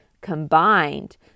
combined